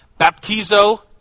Baptizo